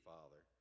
Father